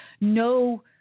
no